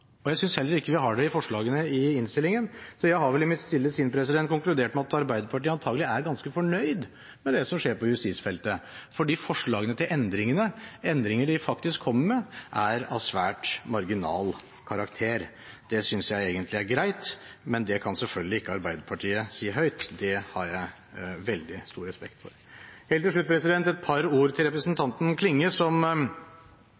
Jeg synes heller ikke vi har det i forslagene i innstillingen. Jeg har vel i mitt stille sinn konkludert med at Arbeiderpartiet antagelig er ganske fornøyd med det som skjer på justisfeltet, for de forslagene til endringer de faktisk kommer med, er av svært marginal karakter. Det synes jeg egentlig er greit, men det kan selvfølgelig ikke Arbeiderpartiet si høyt, og det har jeg veldig stor respekt for. Helt til slutt et par ord til